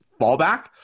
fallback